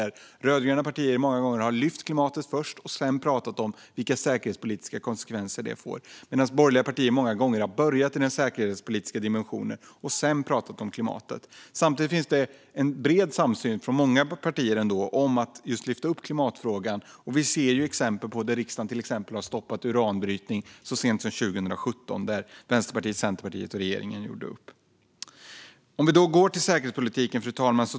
Rödgröna partier har många gånger lyft klimatet först och sedan pratat om vilka säkerhetspolitiska konsekvenser det får, medan borgerliga partier många gånger har börjat i den säkerhetspolitiska dimensionen och sedan pratat om klimatet. Samtidigt finns det en bred samsyn från många partier om att klimatfrågan behöver lyftas upp; vi ser till exempel att riksdagen stoppade uranbrytning så sent som 2017, och då var det Vänsterpartiet, Centerpartiet och regeringen som gjorde upp. Jag går över till säkerhetspolitiken, fru talman.